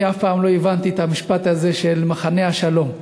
אני אף פעם לא הבנתי את הצירוף הזה "מחנה השלום",